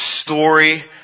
story